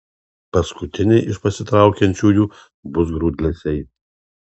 paskutiniai iš pasitraukiančiųjų bus grūdlesiai